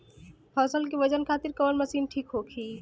फसल के वजन खातिर कवन मशीन ठीक होखि?